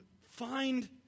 find